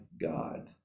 God